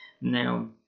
now